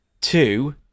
Two